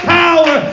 power